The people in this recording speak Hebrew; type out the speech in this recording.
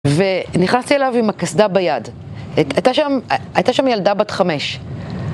ונכנסתי אליו עם הקסדה ביד. הייתה שם ילדה בת חמש